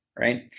Right